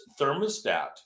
thermostat